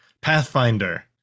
pathfinder